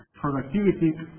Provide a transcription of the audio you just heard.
Productivity